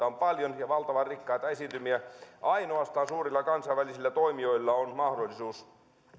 on paljon tällaisia suojelualueita ja valtavan rikkaita esiintymiä ainoastaan suurilla ja kansainvälisillä toimijoilla on mahdollisuus